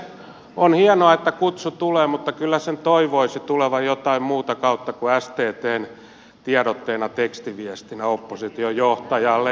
on hienoa että kutsu tulee mutta kyllä sen toivoisi tulevan jotain muuta kautta kuin sttn tiedotteena tekstiviestinä oppositiojohtajalle